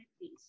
please